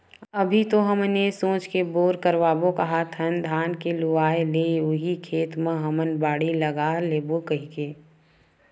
अभी तो हमन ये सोच के बोर करवाबो काहत हन धान के लुवाय ले उही खेत म हमन बाड़ी लगा लेबो कहिके